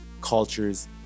cultures